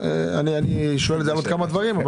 אני שואל את זה על עוד כמה דברים.